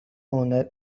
owner